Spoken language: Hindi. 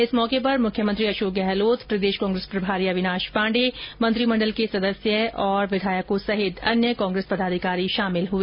इस मौके पर मुख्यमंत्री अशोक गहलोत प्रदेश कांग्रेस प्रभारी अविनाश पांडे मंत्रिमंडल के सदस्य और विधायक सहित अन्य कांग्रेस पदाधिकारी शामिल हुए